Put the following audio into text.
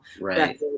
Right